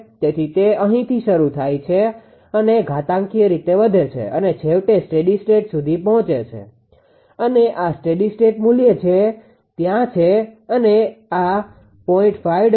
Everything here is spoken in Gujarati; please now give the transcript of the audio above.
તેથી તે અહીંથી શરૂ થાય છે અને ઘાતાંકીય રીતે વધે છે અને છેવટે સ્ટેડી સ્ટેટ સુધી પહોચે છે અને આ સ્ટેડી સ્ટેટ મુલ્ય છે જે ત્યાં છે અને આ 0